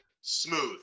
smooth